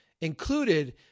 included